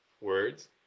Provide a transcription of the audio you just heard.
words